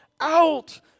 out